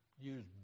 use